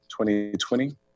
2020